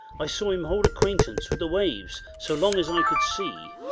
i saw him hold acquaintance with the waves so long as i could see.